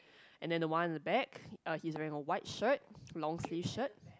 and then the one at the back uh he's wearing a white shirt long sleeved shirt